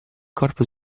corpo